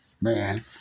man